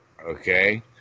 okay